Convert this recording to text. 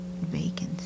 Vacancy